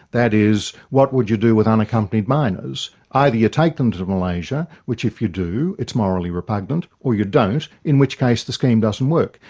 that is, what would you do with unaccompanied minors? either you take them to to malaysia, which if you do it's morally repugnant, or you don't, in which case the scheme doesn't work.